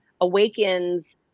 awakens